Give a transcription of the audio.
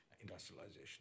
industrialization